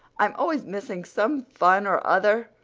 i'm always missing some fun or other,